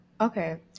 Okay